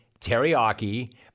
teriyaki-